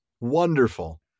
Wonderful